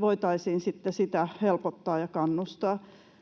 voitaisiin sitten sitä helpottaa ja kannustaa.